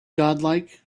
godlike